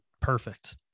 perfect